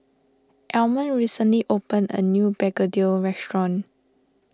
Almond recently open a new Begedil restaurant